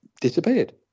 disappeared